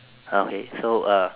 ah okay so uh